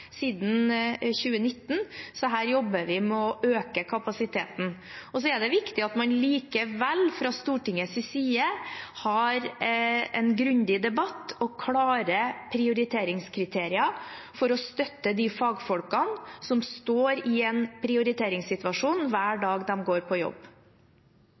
siden 2019 – så her jobber vi med å øke kapasiteten. Så er det viktig at man likevel, fra Stortingets side, har en grundig debatt og klare prioriteringskriterier for å støtte de fagfolkene som står i en prioriteringssituasjon hver dag de går på jobb.